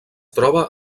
troba